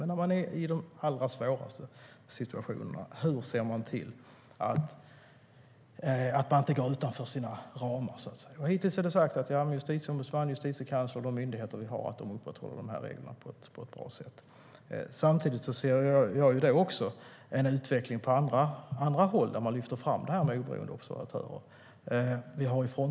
Men när man är i de allra svåraste situationerna, hur ser man då till att man inte går utanför sina ramar? Hittills är det sagt att Justitieombudsmannen, Justitiekanslern och de myndigheter vi har upprätthåller reglerna på ett bra sätt. Samtidigt ser jag också en utveckling på andra håll där man lyfter fram detta med oberoende observatörer.